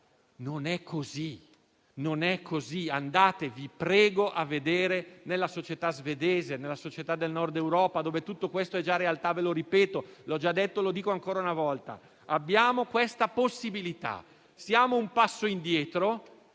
Non è così! Andate, vi prego, a vedere la società svedese e le società del Nord Europa, dove tutto questo è già realtà. Ve lo ripeto. L'ho già detto e lo dico ancora una volta. Abbiamo questa possibilità. Siamo un passo indietro